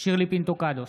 שירלי פינטו קדוש,